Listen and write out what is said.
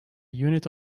unit